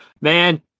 man